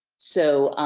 so,